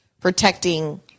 protecting